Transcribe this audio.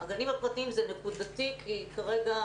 הגנים הפרטיים זה נקודתי כי כרגע